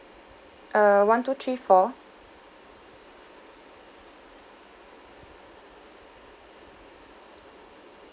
uh one two three four